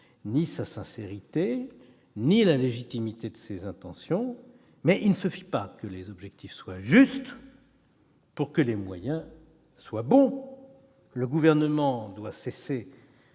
ni sa sincérité ni la légitimité de ses intentions, mais il ne suffit pas que les objectifs soient justes pour que les moyens soient bons. Le Gouvernement doit cesser